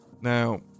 Now